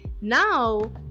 now